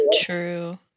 true